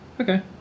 Okay